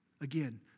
Again